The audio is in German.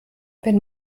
wenn